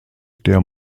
der